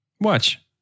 Watch